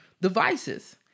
devices